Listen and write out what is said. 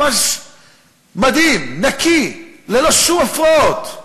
ממש מדהים, נקי, ללא שום הפרעות.